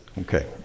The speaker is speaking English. Okay